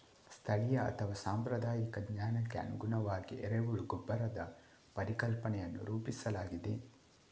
ಸ್ಥಳೀಯ ಅಥವಾ ಸಾಂಪ್ರದಾಯಿಕ ಜ್ಞಾನಕ್ಕೆ ಅನುಗುಣವಾಗಿ ಎರೆಹುಳ ಗೊಬ್ಬರದ ಪರಿಕಲ್ಪನೆಯನ್ನು ರೂಪಿಸಲಾಗಿದೆ